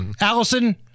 Allison